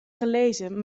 gelezen